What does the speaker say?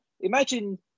imagine